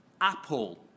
Apple